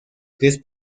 tres